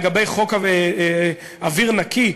לגבי חוק אוויר נקי,